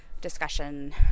discussion